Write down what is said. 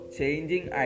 changing